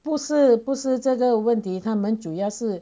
不是不是这个问题他们主要是